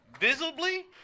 Visibly